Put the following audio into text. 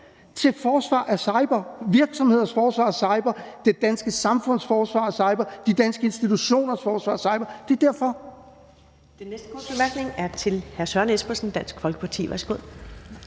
til forsvar af cyberområdet, virksomhedernes forsvar af cyberområdet, det danske samfunds forsvar af cyberområdet, de danske institutioners forsvar af cyberområdet. Det er derfor.